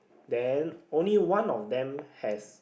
then only one of them has